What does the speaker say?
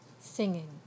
Singing